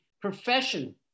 profession